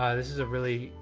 ah this is a really,